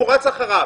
הוא רץ אחריו.